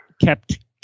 kept